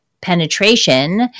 penetration